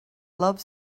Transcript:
love